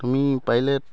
তুমি পাৰিলে